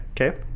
Okay